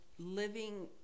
Living